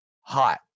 hot